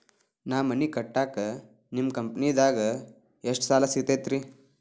ನಾ ಮನಿ ಕಟ್ಟಾಕ ನಿಮ್ಮ ಕಂಪನಿದಾಗ ಎಷ್ಟ ಸಾಲ ಸಿಗತೈತ್ರಿ?